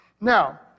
Now